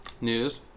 News